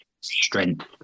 strength